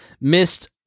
missed